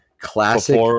Classic